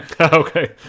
Okay